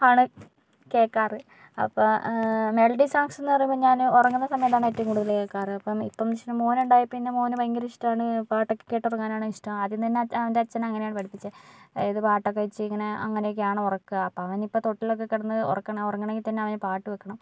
ആണ് കേൾക്കാറ് അപ്പോൾ മെലഡി സോങ്സെന്ന് പറയുമ്പോൾ ഞാൻ ഉറങ്ങുന്ന സമയത്താണ് ഏറ്റവും കൂടുതൽ കേൾക്കാർ അപ്പോൾ ഇപ്പോൾ എന്ന് വെച്ചിട്ടുണ്ടെങ്കിൽ മോനുണ്ടായതിൽപ്പിന്നെ മോന് ഭയങ്കര ഇഷ്ടമാണ് പാട്ടൊക്കെ കേട്ടുറങ്ങാനാണിഷ്ടം ആദ്യം തന്നെ അവൻ്റെ അച്ഛൻ അങ്ങനെയാണ് പഠിപ്പിച്ചത് അതായത് പാട്ടൊക്കെ വെച്ച് ഇങ്ങനെ അങ്ങനെയൊക്കെയാണ് ഉറക്കുക അപ്പോൾ അവനിപ്പോൾ തൊട്ടിലിലൊക്കെ കിടന്ന് ഉറക്കണ ഉറങ്ങണമെങ്കിൽ തന്നെ അവന് പാട്ട് വെക്കണം